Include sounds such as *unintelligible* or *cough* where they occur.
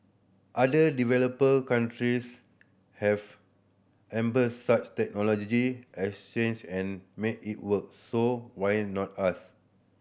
other developer countries have *unintelligible* such *unintelligible* and made it work so why not us